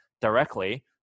directly